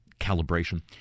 Calibration